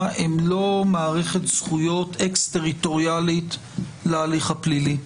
הן לא מערכת זכויות אקסטריטוריאלית להליך הפלילי,